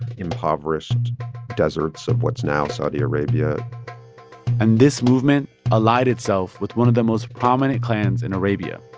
impoverished deserts of what's now saudi arabia and this movement allied itself with one of the most prominent clans in arabia,